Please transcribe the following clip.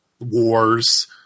wars